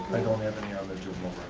i don't have any eligible